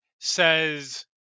says